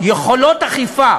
יכולות אכיפה